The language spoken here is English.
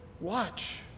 watch